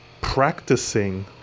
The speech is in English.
practicing